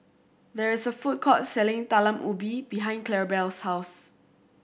there is a food court selling Talam Ubi behind Clarabelle's house